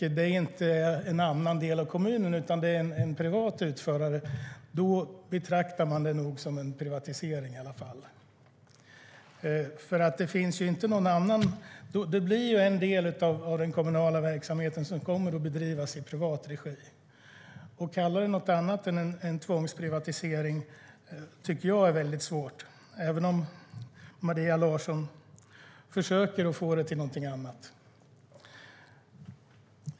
Det är inte en annan del av kommunen utan en privat utförare. Det blir ju en del av den kommunala verksamheten som kommer att bedrivas i privat regi. Att kalla detta något annat än en tvångsprivatisering tycker jag är väldigt svårt, även om Maria Larsson försöker få det till någonting annat.